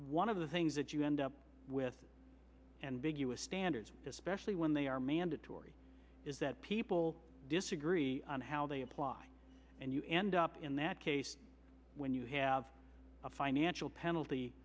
one of the things that you end up with and big u s standards especially when they are mandatory is that people disagree on how they apply and you end up in that case when you have a financial penalty